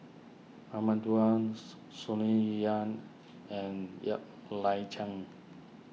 Raman Daud Sonny Yap and Ng Liang Chiang